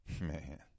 man